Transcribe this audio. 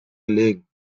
gelegen